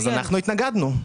אז אנחנו התנגדנו.